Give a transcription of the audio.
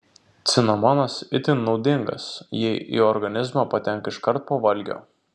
cinamonas itin naudingas jei į organizmą patenka iškart po valgio